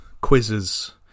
quizzes